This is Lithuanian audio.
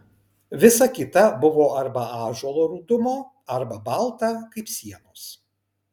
visa kita buvo arba ąžuolo rudumo arba balta kaip sienos